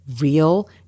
real